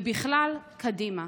ובכלל קדימה?